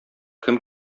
кем